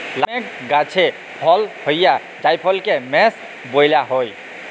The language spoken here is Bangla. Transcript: লাটমেগ গাহাচে ফলল হউয়া জাইফলকে মেস ব্যলা হ্যয়